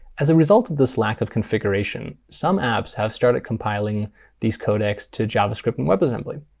as a result of this lack of configuration, some apps have started compiling these codecs to javascript and webassembly.